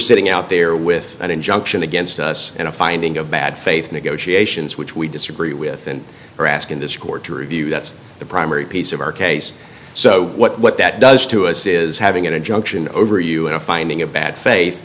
sitting out there with an injunction against us and a finding of bad faith negotiations which we disagree with and are asking this court to review that's the primary piece of our case so what that does to us is having an injunction over you and a finding of bad fa